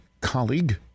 colleague